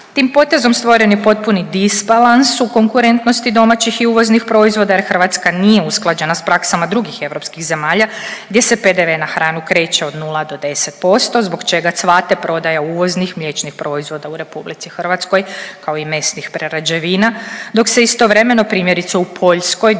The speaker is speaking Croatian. Tim potezom stvoren je potpuni disbalans u konkurentnosti domaćih i uvoznih proizvoda jer Hrvatska nije usklađena sa praksama drugih europskih zemalja gdje se PDV na hranu kreće od nula do 10% zbog čega cvate prodaja uvoznih mliječnih proizvoda u Republici Hrvatskoj kao i mesnih prerađevina dok se istovremeno primjerice u Poljskoj